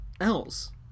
else